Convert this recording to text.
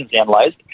analyzed